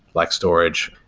like storage,